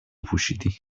پوشیدی